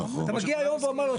אתה מגיע היום ואומר לו,